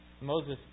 Moses